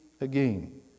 again